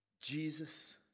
Jesus